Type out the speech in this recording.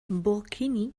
burkini